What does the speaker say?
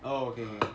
oh okay okay